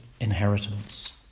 inheritance